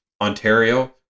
Ontario